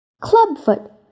Clubfoot